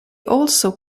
also